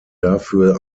dafür